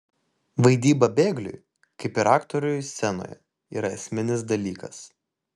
vaidyba bėgliui kaip ir aktoriui scenoje yra esminis dalykas